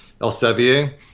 Elsevier